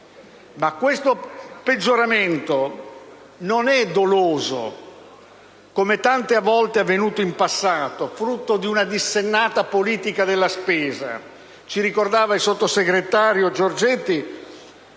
Questo peggioramento, però, non è doloso, come tante volte è avvenuto in passato frutto di una dissennata politica della spesa (ci ricordava il sottosegretario Giorgetti